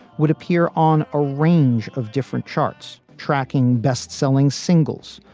would appear on a range of different charts, tracking best selling singles,